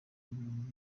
ibintu